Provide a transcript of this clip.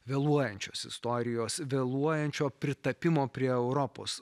vėluojančios istorijos vėluojančio pritapimo prie europos